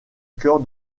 cœur